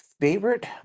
Favorite